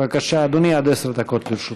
בבקשה, אדוני, עד עשר דקות לרשותך.